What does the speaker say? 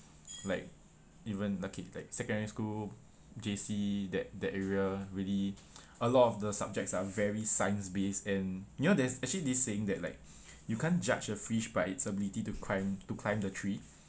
like even okay like secondary school J_C that that area really a lot of the subjects are very science-based and you know there's actually this saying that like you can't judge a fish by its ability to climb to climb the tree